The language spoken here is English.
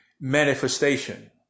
Manifestation